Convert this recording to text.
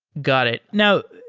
got it. now,